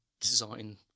design